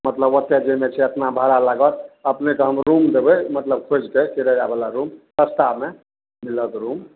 मतलब ओते जे छै एतना भाड़ा लागत अपनेके हम रूम देबय मतलब खोजि कऽ किरायावला रूम सस्तामे मिलत रूम